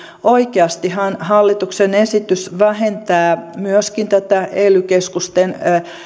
oikeastihan hallituksen esitys vähentää myöskin tätä ely keskusten